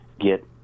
get